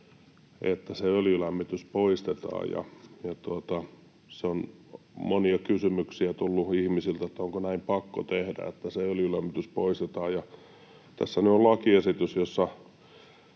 että se öljylämmitys poistetaan, ja monia kysymyksiä on tullut ihmisiltä siitä, onko näin pakko tehdä, että se öljylämmitys poistetaan. Tässä nyt on lakiesitys, jossa